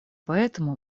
поэтому